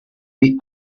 the